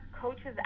coaches